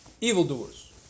Evildoers